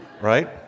right